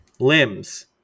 limbs